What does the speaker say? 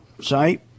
site